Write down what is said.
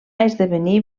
esdevenir